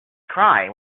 cry